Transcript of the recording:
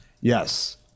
Yes